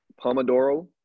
pomodoro